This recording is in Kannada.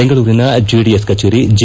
ಬೆಂಗಳೂರಿನ ಜೆಡಿಎಸ್ ಕಚೇರಿ ಜೆ